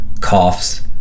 coughs